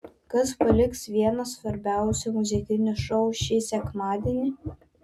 kas paliks vieną svarbiausių muzikinių šou šį sekmadienį